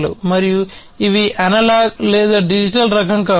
మరియు ఇవి అనలాగ్ లేదా డిజిటల్ రకం కావచ్చు